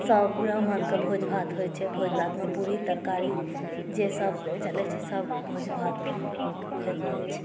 सभ ब्राम्हणके भोज भात होइत छै भोज भातमे पूड़ी तरकारी जेसभ चलैत छै सभ भोज भात भेल जाइत छै